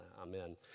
amen